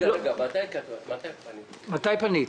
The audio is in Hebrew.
מתי פנית?